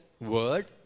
word